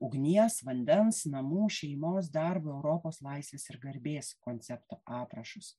ugnies vandens namų šeimos darbo europos laisvės ir garbės koncepto aprašus